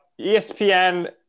ESPN